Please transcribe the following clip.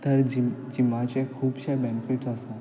तर जीम जिमाचे खुबशे बॅनिफिट्स आसात